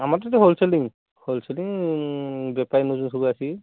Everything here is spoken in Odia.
ଆମର ତ ହୋଲଶେଲିଂ ହୋଲଶେଲିଂ ବେପାରି ନେଉଛନ୍ତି ସବୁ ଆସିକି